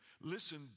listen